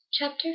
chapter